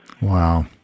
Wow